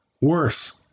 worse